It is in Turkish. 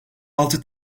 altı